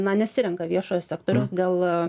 na nesirenka viešojo sektoriaus dėl